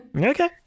Okay